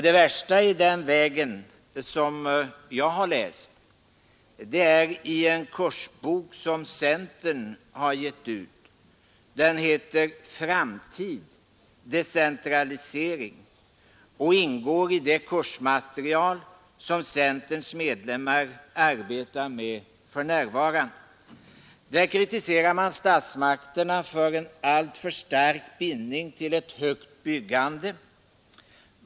Det värsta i den vägen som jag har läst står skrivet i en kursbok som centern har gett ut. Den heter Framtid — decentralisering och ingår i det kursmaterial som centerns medlemmar arbetar med för närvarande. Där kritiserar man statsmakterna för en alltför stark bindning till ett högt byggande.